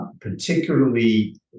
particularly